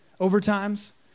overtimes